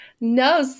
No